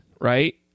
right